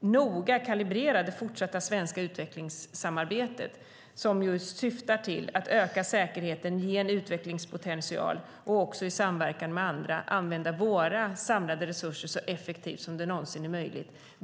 noga kalibrera det fortsatta svenska utvecklingssamarbetet, som ju syftar till att öka säkerheten, ge en utvecklingspotential och i samverkan med andra använda våra samlade resurser så effektivt som det någonsin är möjligt.